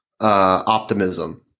optimism